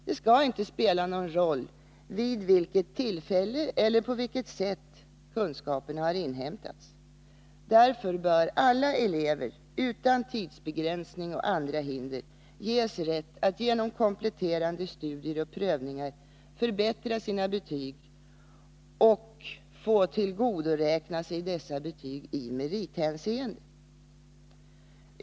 Det skall inte spela någon roll vid vilket tillfälle eller på vilket sätt kunskaperna har inhämtats. Därför bör alla elever utan tidsbegränsning och andra hinder ges rätt att genom kompletterande studier och prövningar förbättra sina betyg och få tillgodoräkna sig dessa betyg i merithänseende.